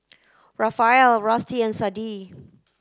Rafael Rusty and Sadie